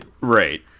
Right